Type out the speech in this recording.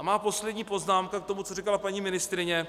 Má poslední poznámka k tomu, co říkala paní ministryně.